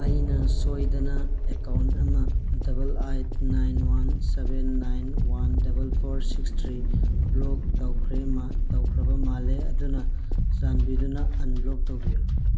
ꯑꯩꯅ ꯁꯣꯏꯗꯅ ꯑꯦꯀꯥꯎꯟ ꯑꯃ double eight nine one seven nine one double four six three block ꯇꯧꯈ꯭ꯔꯦ ꯇꯧꯈ꯭ꯔꯕ ꯃꯥꯜꯂꯦ ꯑꯗꯨꯅ ꯆꯥꯟꯕꯤꯗꯨꯅ ꯑꯟꯕ꯭ꯂꯣꯛ ꯇꯧꯕꯤꯌꯨ